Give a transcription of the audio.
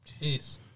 jeez